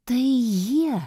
tai jie